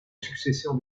succession